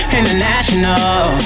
International